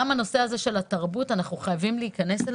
את הנושא הזה של התרבות אנחנו חייבים ללמד,